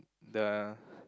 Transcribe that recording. the